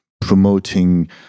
promoting